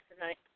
tonight